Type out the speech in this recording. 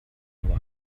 nur